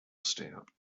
stamp